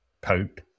Pope